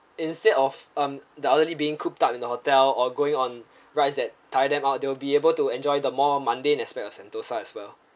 instead of um the elderly being cooped up in the hotel or going on ride that tie them out they will be able to enjoy the more mundane aspect of sentosa as well